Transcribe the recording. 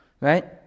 right